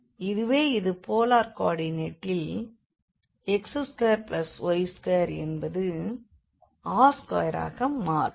ஆகவே இது போலார் கோ ஆர்டினேட்டில் x2y2 என்பது r2ஆக மாறும்